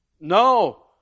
No